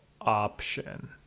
option